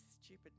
stupid